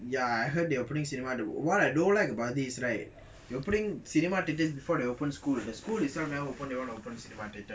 ya I heard they're opening cinema what I don't like about this right you putting cinema to this before they open school the school itself never open they wanna open cinema theatre